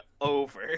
over